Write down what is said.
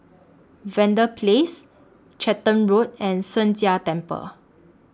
Verde Place Charlton Road and Sheng Jia Temple